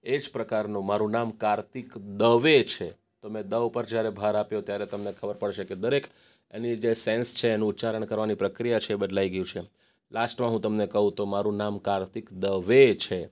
એ જ પ્રકારનો મારું નામ કાર્તિક દવે છે તો મેં દ ઉપર જ્યારે ભાર આપ્યો ત્યારે તમને ખબર પડશે કે દરેક એની જે સેન્સ છે એનું ઉચ્ચારણ કરવાની પ્રક્રિયા છે બદલાઈ ગયું છે લાસ્ટમાં હું તમને કહું તો મારું નામ છે કાર્તિક દવે છે